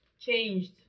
changed